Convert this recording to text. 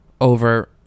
over